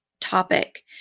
topic